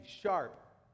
sharp